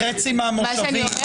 בחצי מהמושבים,